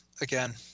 again